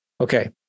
Okay